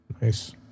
Nice